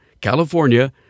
California